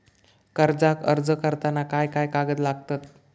कर्जाक अर्ज करताना काय काय कागद लागतत?